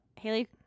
Haley